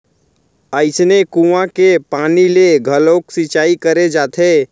अइसने कुँआ के पानी ले घलोक सिंचई करे जाथे